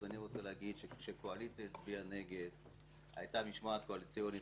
אז אני רוצה להגיד כשהקואליציה הצביעה נגד הייתה משמעת קואליציונית,